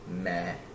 meh